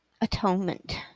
atonement